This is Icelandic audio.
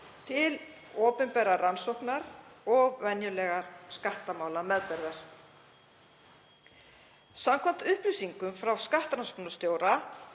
til opinberrar rannsóknar og venjulegar skattamálameðferðar. Samkvæmt upplýsingum frá skattrannsóknarstjóra